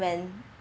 when